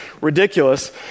ridiculous